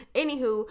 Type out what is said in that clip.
anywho